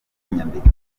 nyandiko